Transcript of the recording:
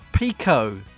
Pico